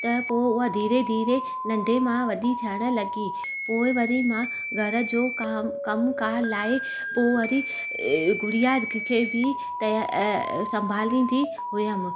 त पोइ उहा धीरे धीरे नंढे मां वढी थियण लॻी पोइ वरी मां घर जो काम कमकार लाए पोइ वरी गुड़िया खे बि तया सम्भालींदी हुअमि